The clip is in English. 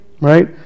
right